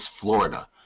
Florida